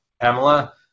Pamela